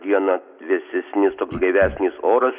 dieną vėsesnis toks gaivesnis oras